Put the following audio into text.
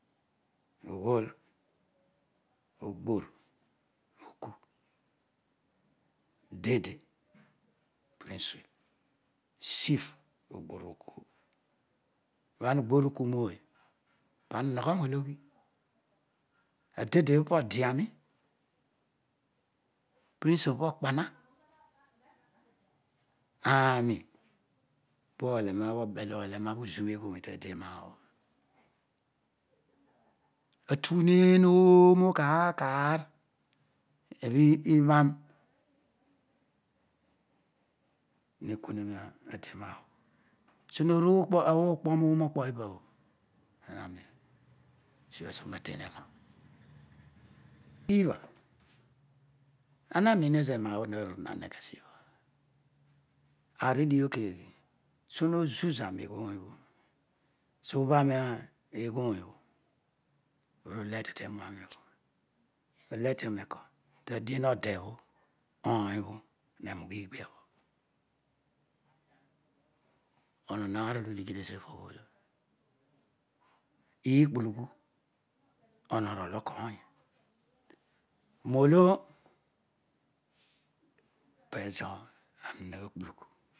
Ughoo ogbol oku deede, prncusill, chiet ogboruku, ibhana ughoruku ooy pana uhogho nologhi adeede bho pode ani prince obho po kpoina aaroi pobel oolena uzuneghool tenabhobho atughuneen kaar kaar ebhi ibhan iuekumete raa bho suo. uruukpo nomokpo ibapabho ananiin sibhasin eten emi sibla amaihin ezo. enabho maru naneghe sibhabho aar adighiobho keeghe sunozu zani neghool obho subham eghorl obho uruleti tewuami obho wetuim eko? Tadiel to debho, onyobho memugh igbia bho onon aar olo udighidio tesopobho olo iikpun ghu morol okoorni nolo pezo aami nakpulughu